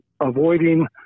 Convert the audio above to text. avoiding